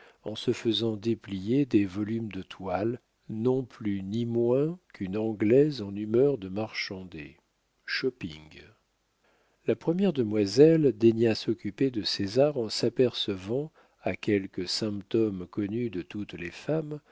en se faisant déplier des volumes de toiles non plus ni moins qu'une anglaise en humeur de marchander shopping la première demoiselle daigna s'occuper de césar en s'apercevant à quelques symptômes connus de toutes les femmes